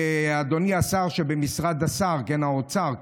אדוני השר שבמשרד האוצר,